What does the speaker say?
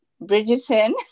Bridgerton